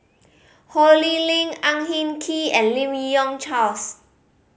Ho Lee Ling Ang Hin Kee and Lim Yi Yong Charles